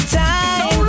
time